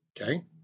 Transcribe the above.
Okay